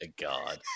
god